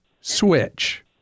Switch